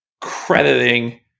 crediting